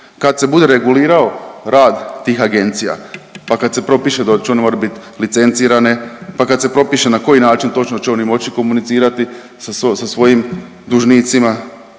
Kad se bude regulirao rad tih agencija, pa kad se propiše da one moraju biti licencirane, pa kad se propiše na koji način točno će oni moći komunicirati sa svojim dužnicima,